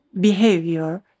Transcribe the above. behavior